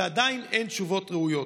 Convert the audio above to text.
ועדיין אין תשובות ראויות.